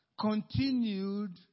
Continued